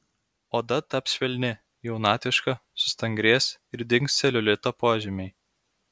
oda taps švelni jaunatviška sustangrės ir dings celiulito požymiai